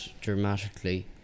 dramatically